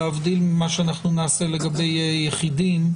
להבדיל ממה שנעשה לגבי יחידים,